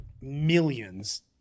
millions